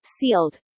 sealed